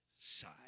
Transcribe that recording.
side